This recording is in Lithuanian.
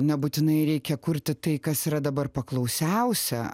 nebūtinai reikia kurti tai kas yra dabar paklausiausia